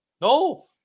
No